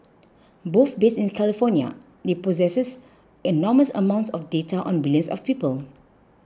both based in California they possess enormous amounts of data on billions of people